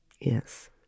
Yes